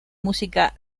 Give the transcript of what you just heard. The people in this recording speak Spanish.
música